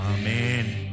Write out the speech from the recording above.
Amen